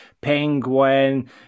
Penguin